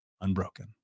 unbroken